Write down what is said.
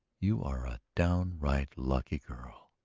you are a downright lucky girl!